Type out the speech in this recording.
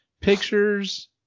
Pictures